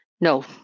No